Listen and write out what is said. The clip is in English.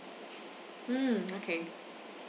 mm okay